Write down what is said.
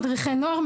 מדריכי נוער,